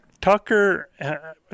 Tucker